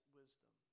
wisdom